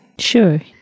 Sure